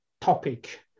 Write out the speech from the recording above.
topic